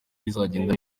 bitagenda